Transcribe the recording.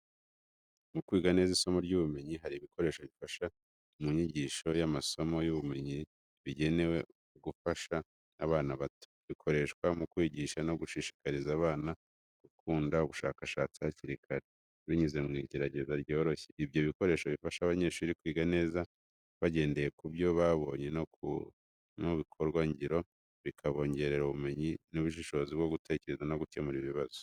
Mu kwiga neza isomo ry'ubumenyi hari ibikoresho bifasha mu nyigisho y'amasomo y'ubumenyi bigenewe gufasha abana bato. Bikoreshwa mu kwigisha no gushishikariza abana gukunda ubushakashatsi hakiri kare, binyuze mu igerageza ryoroshye. Ibyo bikoresho bifasha abanyeshuri kwiga neza bagendeye ku byo babonye no ku bikorwangiro, bikabongerera ubumenyi n’ubushobozi bwo gutekereza no gukemura ibibazo.